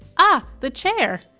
ah, the chair!